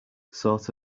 sort